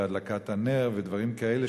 בהדלקת הנר ודברים כאלה.